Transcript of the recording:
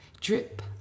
Drip